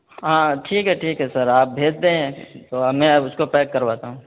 ہاں ٹھیک ہے ٹھیک ہے سر آپ بھیج دیں تو اب میں اس کو پیک کرواتا ہوں